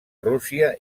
rússia